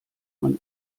man